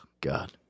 God